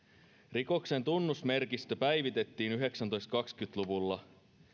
rikoksen tunnusmerkistö päivitettiin tuhatyhdeksänsataakaksikymmentä luvulla